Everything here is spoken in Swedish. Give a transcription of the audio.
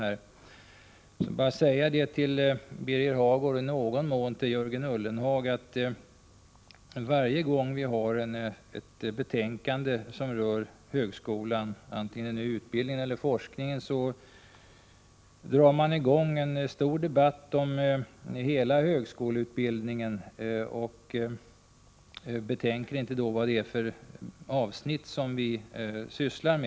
Låt mig till att börja med säga till Birger Hagård och i någon mån också till Jörgen Ullenhag att jag tycker att de varje gång vi behandlar ett betänkande som rör högskolan, oavsett om det gäller utbildningen eller forskningen, drar i gång en stor debatt om hela högskoleutbildningen utan att betänka vilket avsnitt det är vi för tillfället behandlar.